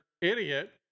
idiot